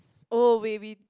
oh wait we